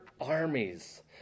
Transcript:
armies